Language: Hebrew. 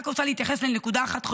רק רוצה להתייחס לנקודה אחת חשובה,